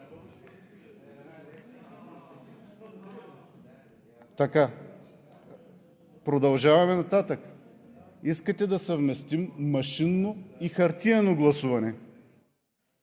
Продължаваме нататък. Искате да съвместим машинно и хартиено гласуване,